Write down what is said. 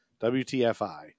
WTFI